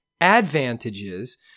advantages